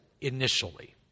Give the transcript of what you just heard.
initially